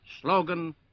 slogan